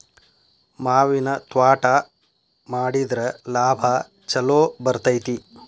ಮಾವಿನ ತ್ವಾಟಾ ಮಾಡಿದ್ರ ಲಾಭಾ ಛಲೋ ಬರ್ತೈತಿ